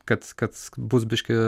kad kad bus biški